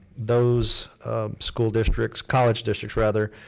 those school districts, college districts rather